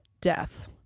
death